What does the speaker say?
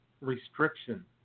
restriction